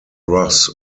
ross